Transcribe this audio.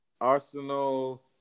Arsenal